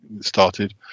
started